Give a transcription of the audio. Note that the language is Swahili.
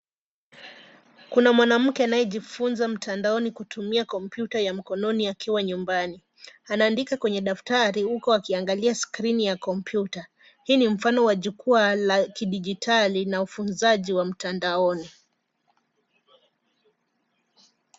Kuna mwanamke anayejifunza mtandaoni kutumia kompyuta ya mkononi akiwa nyumbani. Anaandika kwenye daftari huko akiangalia skrini ya kompyuta. Hii ni mfano wa jukwaa la kidijitali na ufunzaji wa mtandaooni.